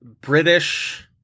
British